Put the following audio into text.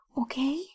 okay